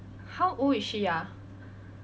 how old is she ah